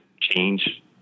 change